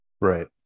Right